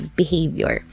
behavior